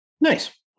nice